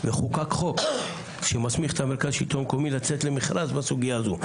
וחוקק חוק שמסמיך את המרכז לשלטון מקומי לצאת למכרז בסוגייה הזו.